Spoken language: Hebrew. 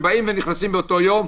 שבאים ונכנסים באותו יום,